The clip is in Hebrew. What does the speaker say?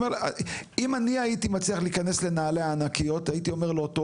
אם אני הייתי מצליח להיכנס לנעליה הענקיות הייתי אומר לאותו